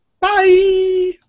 Bye